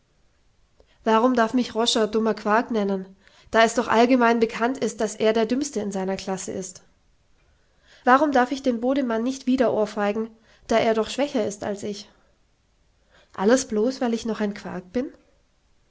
warum darf mich roscher dummer quark nennen da es doch allgemein bekannt ist daß er der dümmste in seiner klasse ist warum darf ich den bodemann nicht wieder ohrfeigen da er doch schwächer ist als ich alles blos weil ich noch ein quark bin